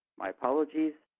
my apologies.